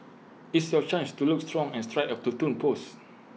it's your chance to look strong and strike A Platoon pose